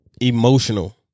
Emotional